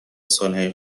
سالهای